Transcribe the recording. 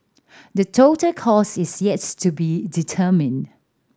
the total cost is yet to be determined